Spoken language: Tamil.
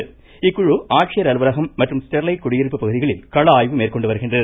அவர்கள் ஆட்சியர் அலுவலகம் மற்றும் ஸ்டெர்லைட் குடியிருப்பு பகுதிகளில் கள ஆய்வு மேற்கொண்டு வருகின்றனர்